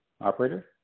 Operator